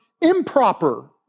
improper